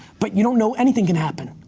but you don't know. anything can happen,